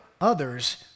others